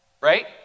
right